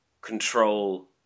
control